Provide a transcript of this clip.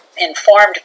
informed